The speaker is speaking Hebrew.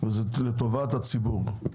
זה לטובת הציבור,